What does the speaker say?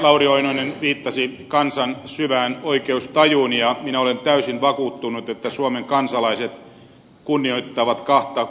lauri oinonen viittasi kansan syvään oikeustajuun ja minä olen täysin vakuuttunut että suomen kansalaiset kunnioittavat kahta perusoikeutta